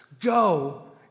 Go